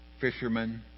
fishermen